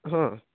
ହଁ